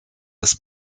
des